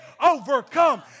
overcome